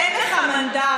אין לך מנדט